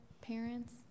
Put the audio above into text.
parents